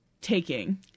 taking